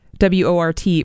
WORT